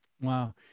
Wow